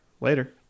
later